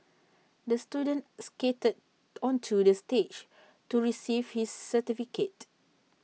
the student skated onto the stage to receive his certificate